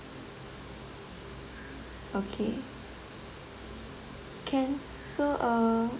okay can so err